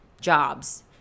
jobs